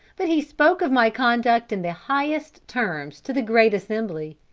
but he spoke of my conduct in the highest terms to the great assembly.